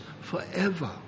forever